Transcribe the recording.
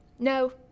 No